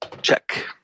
Check